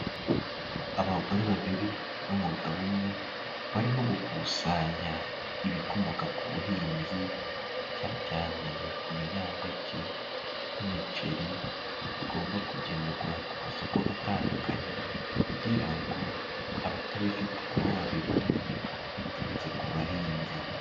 Abagore babiri n'umugabo umwe, barimo gukusanya ibikomoka ku buhinzi, cyane cyane ibinyampeke nk'umuceri, bigomba kugemurwa ku masoko atandukanye kugira ngo abatabifite na bo babibone biturutse ku bahinzi.